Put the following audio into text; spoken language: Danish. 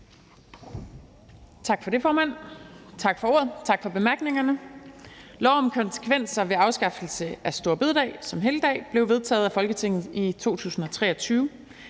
Tak for det, formand, tak for ordet, tak for bemærkningerne. Loven om konsekvenser ved afskaffelse af store bededag som helligdag blev vedtaget af Folketinget i 2023.